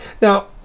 Now